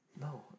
No